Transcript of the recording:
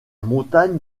montagne